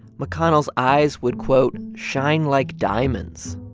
mcconnell's eyes would, quote, shine like diamonds.